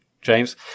James